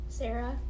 Sarah